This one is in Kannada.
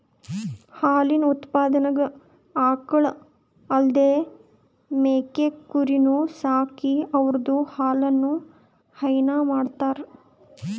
ಹಾಲಿನ್ ಉತ್ಪಾದನೆಗ್ ಆಕಳ್ ಅಲ್ದೇ ಮೇಕೆ ಕುರಿನೂ ಸಾಕಿ ಅವುದ್ರ್ ಹಾಲನು ಹೈನಾ ಮಾಡ್ತರ್